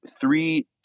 three